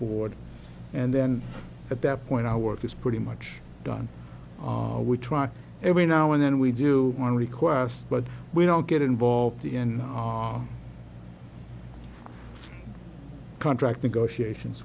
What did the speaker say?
board and then at that point i work is pretty much done we try every now and then we do want to request but we don't get involved in contract negotiations